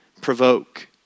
provoke